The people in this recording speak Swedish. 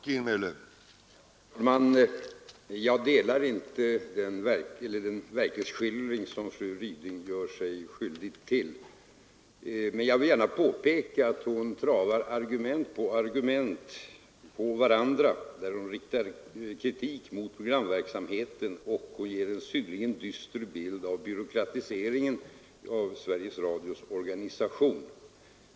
Herr talman! Jag delar inte den bild av verkligheten som fru Ryding ger. Hon travar argumenten på varandra, riktar kritik mot programverksamheten och ger en synnerligen dyster bild av byråkratiseringen av Sveriges Radios organisation.